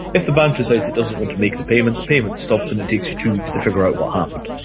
if the bank decides it doesn't want to make the payment, the payment stops and it takes you two weeks to figure out what happened.